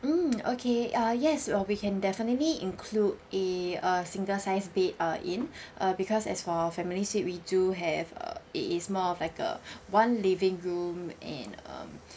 mm okay ah yes uh we can definitely include a a single size bed uh in uh because as for our family suite we do have uh it is more of like a one living room and um